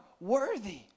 worthy